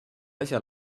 asja